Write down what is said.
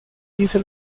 hizo